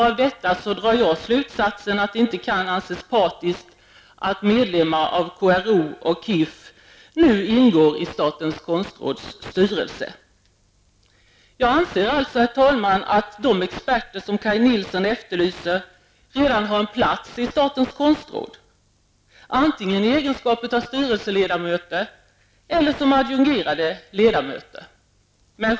Av detta drar jag slutsatsen att det inte kan anses partiskt att medlemmar av KRO och KIF ingår i statens konstråds styrelse. Jag menar alltså, herr talman, att de experter som Kaj Nilsson efterlyser redan har en plats i statens konstråd, antingen i egenskap av styrelseledamöter eller adjungerande ledamöter.